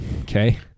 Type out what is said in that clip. okay